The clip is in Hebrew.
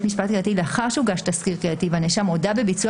משפט קהילתי לאחר שהוגש תסקיר קהילתי והנאשם הודה בביצוע